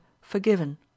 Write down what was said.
forgiven